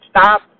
stop